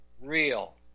real